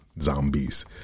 zombies